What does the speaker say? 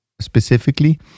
specifically